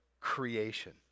creation